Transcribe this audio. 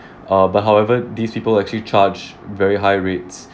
uh but however these people actually charge very high rates